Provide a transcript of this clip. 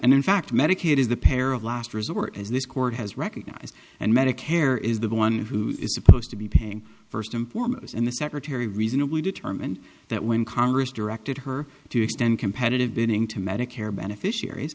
and in fact medicaid is the pair of last resort as this court has recognized and medicare is the one who is supposed to be paying first and foremost and the secretary reasonably determine that when congress directed her to extend competitive bidding to medicare beneficiaries